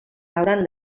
hauran